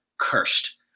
cursed